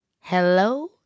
Hello